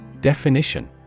Definition